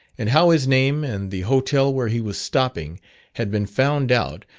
and how his name and the hotel where he was stopping had been found out,